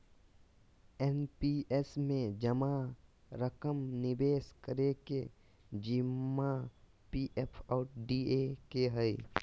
NPS में जमा रकम निवेश करे के जिम्मा पी.एफ और डी.ए के हइ